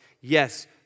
Yes